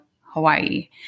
Hawaii